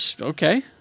Okay